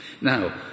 Now